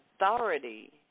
authority